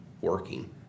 working